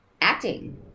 acting